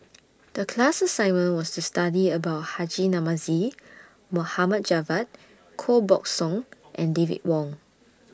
The class assignment was to study about Haji Namazie Mohd Javad Koh Buck Song and David Wong